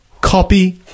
copy